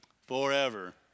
forever